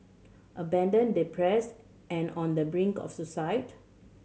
abandoned depressed and on the brink of suicide